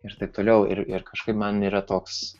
ir taip toliau ir ir kažkaip man yra toks